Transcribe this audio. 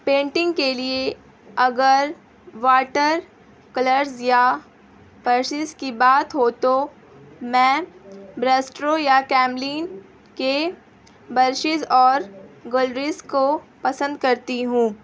painting کے لیے اگر واٹر کلرز یا برشز کی بات ہو تو میں برسٹرو یا کیملین کے برشیز اور گلریز کو پسند کرتی ہوں